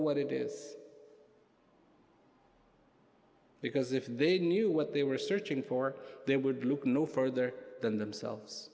what it is because if they knew what they were searching for they would look no further than themselves